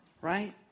Right